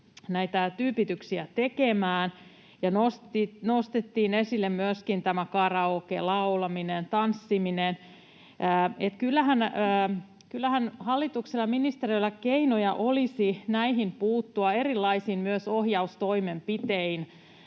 näitä tyypityksiä tekemään, ja nostettiin esille myöskin tämä karaokelaulaminen ja tanssiminen. Kyllähän hallituksella ja ministeriöllä olisi keinoja näihin puuttua myös erilaisin ohjaustoimenpitein.